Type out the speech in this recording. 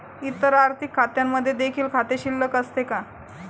इतर आर्थिक खात्यांमध्ये देखील खाते शिल्लक असते का?